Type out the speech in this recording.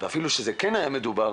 ואפילו שכן היה מדובר